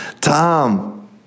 Tom